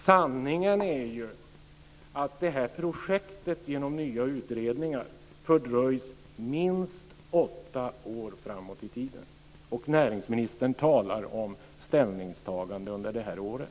Sanningen är ju att det här projektet genom nya utredningar fördröjs minst åtta år framåt i tiden. Och näringsministern talar om ställningstagande under det här året.